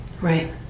right